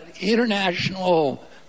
international